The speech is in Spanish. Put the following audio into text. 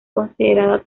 considerada